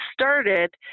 started